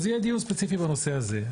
אז יהיה דיון ספציפי בנושא הזה,